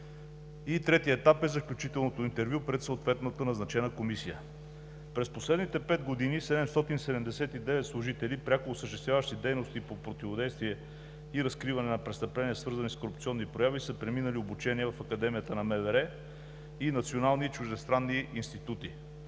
третият етап е заключителното интервю пред съответната назначена комисия. През последните пет години 779 служители, пряко осъществяващи дейности по противодействие и разкриване на престъпления, свързани с корупционни прояви, са преминали обучение в Академията на МВР, национални и чуждестранни институти.